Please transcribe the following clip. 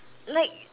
like